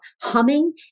Humming